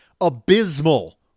Abysmal